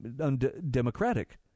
undemocratic